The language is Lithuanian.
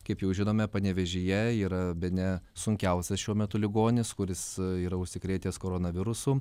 kaip jau žinome panevėžyje yra bene sunkiausias šiuo metu ligonis kuris yra užsikrėtęs koronavirusu